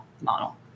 model